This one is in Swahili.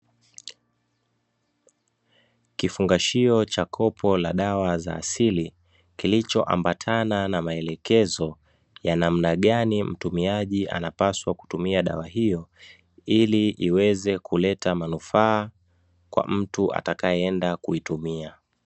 Kifungashio cha kopo cha dawa za asili, kilicho ambatana na maelekezo ya namna gani mtumiaji anapaswa kutumia dawa hiyo, ili iweze kuleta manufaa kwa mtu atakayeweza kwenda kuitumia.